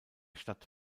stadt